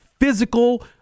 physical